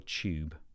tube